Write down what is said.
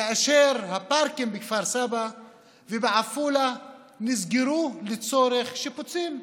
כאשר הפארקים בכפר סבא ובעפולה נסגרו לצורך שיפוצים.